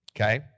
Okay